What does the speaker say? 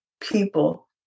people